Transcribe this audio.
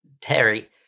terry